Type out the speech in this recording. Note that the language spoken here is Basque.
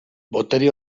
botere